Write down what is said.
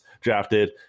drafted